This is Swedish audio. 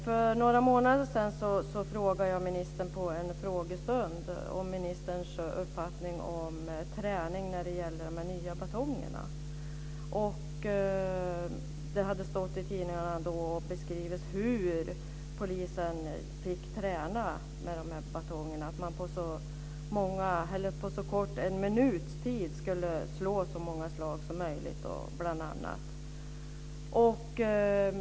För några månader sedan frågade jag ministern vid en muntlig frågestund om ministerns uppfattning om träning när det gäller de nya batongerna. Det hade beskrivits i tidningarna hur denna träning gick till. På en minuts tid skulle man slå så många slag som möjligt.